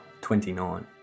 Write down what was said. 29